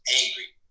angry